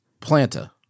Planta